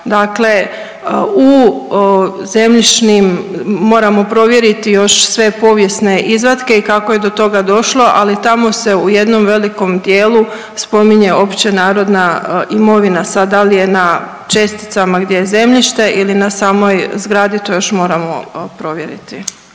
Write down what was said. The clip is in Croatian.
Dakle u zemljišnim, moramo provjeriti još sve povijesne izvatke i kako je do toga došlo, ali tamo se u jednom velikom dijelu spominje općenarodna imovina, sad dal je na česticama gdje je zemljište ili na samoj zgradi, to još moramo provjeriti.